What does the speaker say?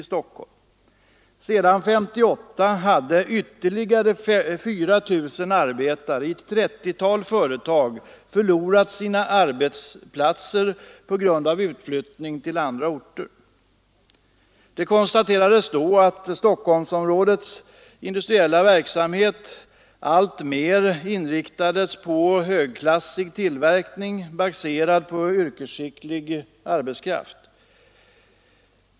Sedan 1958 hade ytterligare 4 000 arbetare i ett 30-tal företag förlorat sina arbetsplatser på grund av utflyttning till andra orter. Det konstaterades då att Stockholmsområdets industriella verksamhet alltmer inriktades på högklassisk tillverkning baserad på yrkesskicklig arbetskraft.